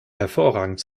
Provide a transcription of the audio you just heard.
hervorragend